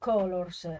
Colors